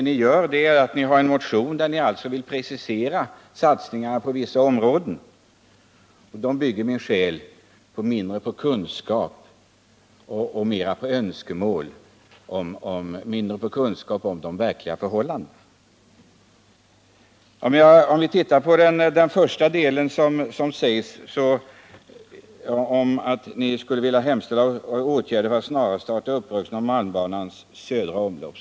Ni skriver en motion där ni vill precisera satsningarna på vissa områden, och den motionen bygger sannerligen mindre på kunskap än på önsketänkande om de verkliga förhållandena. I den första delen sägs att ni skulle vilja ha åtgärder för att snarast upprusta malmbanans södra omlopp.